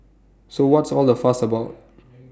so what's all the fuss about